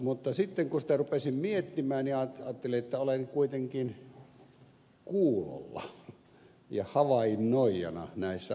mutta sitten kun sitä rupesin miettimään ajattelin että olen kuitenkin kuulolla ja havainnoijana näissä asioissa